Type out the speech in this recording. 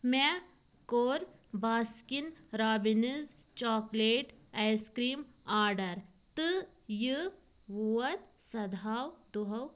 مےٚ کوٚر Baskin Robbins chocolate ice cream order تہٕ یہِ ووت سدٕہَو دۄہَو پتہٕ